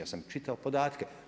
Ja sam čitao podatke.